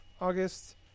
August